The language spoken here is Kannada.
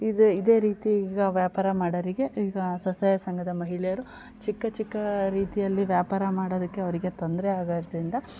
ಇದು ಇದೇ ರೀತಿ ಈಗ ವ್ಯಾಪಾರ ಮಾಡೋರಿಗೆ ಈಗ ಸ್ವಸಹಾಯ ಸಂಘದ ಮಹಿಳೆಯರು ಚಿಕ್ಕ ಚಿಕ್ಕ ರೀತಿಯಲ್ಲಿ ವ್ಯಾಪಾರ ಮಾಡೋದಕ್ಕೆ ಅವರಿಗೆ ತೊಂದರೆ ಆಗೋದ್ರಿಂದ